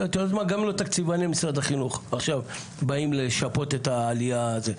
גם לא את תקציבני משרד החינוך באים לשפות את הקב"סים.